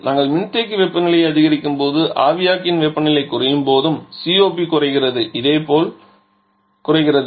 நாங்கள் மின்தேக்கி வெப்பநிலை அதிகரிக்கும்போதும் ஆவியாக்கி வெப்பநிலை குறையும்போதும் COP குறைகிறதுஇதேபோல் குறைகிறது